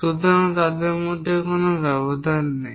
সুতরাং তাদের মধ্যে কোন ব্যবধান নেই